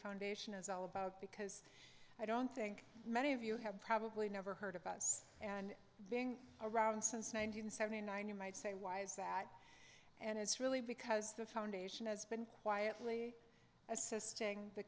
foundation is all about because i don't think many of you have probably never heard of us and being around since nine hundred seventy nine you might say why is that and it's really because the foundation has been quietly assisting the